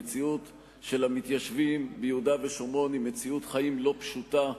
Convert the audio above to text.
המציאות של המתיישבים ביהודה ושומרון היא מציאות חיים לא פשוטה,